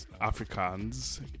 Africans